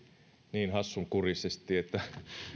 niin hassunkurisesti että